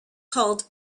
called